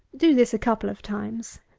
do this a couple of times.